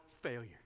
failure